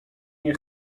nie